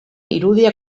irudia